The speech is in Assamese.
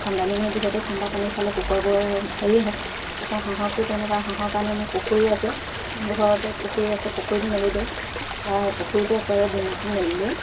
ঠাণ্ডা দিনত যিহেতু ঠাণ্ডা পানী খালে কুকুৰাবোৰৰ হেৰি হয় আকৌ হাঁহকো তেনেকুৱা হাঁহৰ কাৰণে মোৰ পুখুৰী আছে ঘৰতে পুখুৰী আছে পুখুৰীত মেলি দিওঁ প্ৰায় পুখুৰীতে চৰে দিনত মেলি দিওঁ